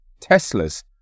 Teslas